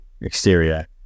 exterior